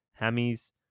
hammies